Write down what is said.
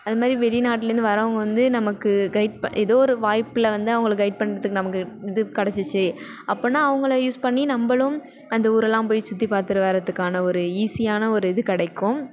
அதுமாதிரி வெளி நாட்டுலேருந்து வருவாங்க வந்து நமக்கு கெய்ட் பண் ஏதோ ஒரு வாய்ப்பில் வந்து அவங்களுக்கு கெய்டு பண்ணுறதுக்கு நமக்கு இது கிடச்சிச்சி அப்படினா அவங்கள யூஸ் பண்ணி நம்மளும் அந்த ஊரெல்லாம் போய் சுற்றி பார்த்துட்டு வரத்துக்கான ஒரு ஈஸியான ஒரு இது கிடைக்கும்